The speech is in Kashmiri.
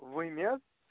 وُہمہِ حظ